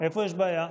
איפה יש בעיה?